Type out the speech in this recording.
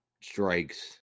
strikes